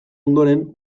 ondoren